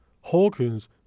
Hawkins